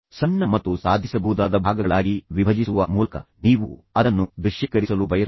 ಸಣ್ಣ ಮತ್ತು ಸಾಧಿಸಬಹುದಾದ ಭಾಗಗಳಾಗಿ ವಿಭಜಿಸುವ ಮೂಲಕ ನೀವು ಅದನ್ನು ಏನನ್ನು ದೃಶ್ಯೀಕರಿಸಲು ಬಯಸುತ್ತೀರಿ